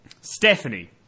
Stephanie